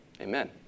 Amen